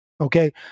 okay